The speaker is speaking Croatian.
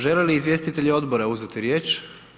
Želi li izvjestitelji odbora uzeti riječ?